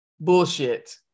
bullshit